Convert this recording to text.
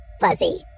Fuzzy